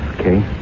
Okay